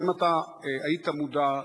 האם אתה היית מודע,